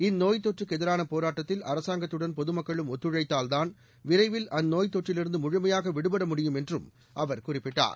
இந்நோய்த் தொற்றுக்கு எதிரான போராட்டத்தில் அரசாய்கத்துடன் பொதுமக்களும் ஒத்துழழத்தால்தான் விரைவில் அந்நோய்த் தொற்றிலிருந்து முழுமையாக விடுடட முடியும் என்றும் அவர் குறிப்பிட்டார்